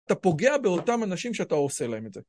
אתה פוגע באותם אנשים שאתה עושה להם את זה.